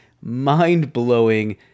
mind-blowing